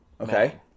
Okay